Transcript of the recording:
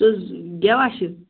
یُس گٮ۪وَان چھِ